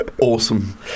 awesome